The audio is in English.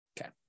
Okay